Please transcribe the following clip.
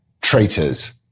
traitors